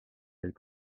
elle